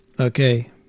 Okay